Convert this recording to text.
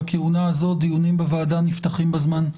בכהונה הזאת דיונים בוועדה נפתחים בזמן.